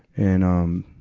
and, um,